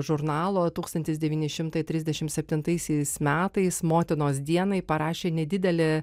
žurnalo tūkstantis devyni šimtai trisdešim septintaisiais metais motinos dienai parašė nedidelį